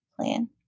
plan